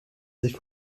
sich